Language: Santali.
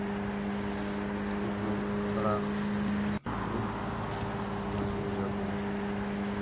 ᱩᱱᱠᱩ ᱛᱷᱚᱲᱟ ᱠᱚ ᱢᱚᱸᱡ ᱠᱚ ᱵᱩᱡᱷᱟᱹᱣ ᱠᱮᱭᱟ